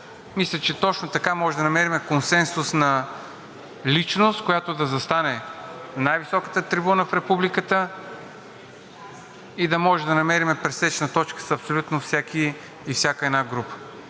Мисля, че точно така можем да намерим консенсусна личност, която да застане на най-високата трибуна в републиката, и да може да намерим пресечна точка с абсолютно всеки и всяка една група.